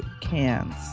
cans